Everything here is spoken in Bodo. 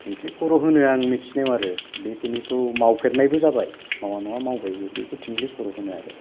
थिख्लिखर' होनो आं मिथिनायाव बिखिनिखौ मावफेरनायबो जाबाय मावा नङा मावबायबो बेखौ थिंख्लिखर' होनो